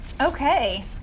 okay